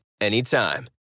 anytime